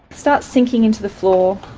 start sinking into the floor,